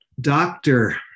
Doctor